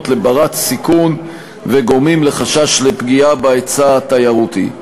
לבת-סיכון וגורמים לחשש לפגיעה בהיצע התיירותי.